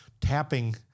tapping